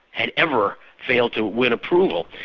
had ever failed to win approval.